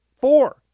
Four